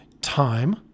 time